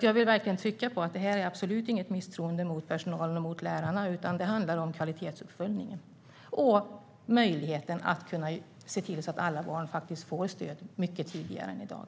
Jag vill verkligen trycka på att detta absolut inte handlar om ett misstroende mot personalen och lärarna, utan det handlar om kvalitetsuppföljningen och möjligheten att se till att alla barn faktiskt får stöd mycket tidigare än i dag.